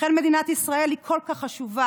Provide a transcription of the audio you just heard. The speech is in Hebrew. לכן מדינת ישראל היא כל כך חשובה,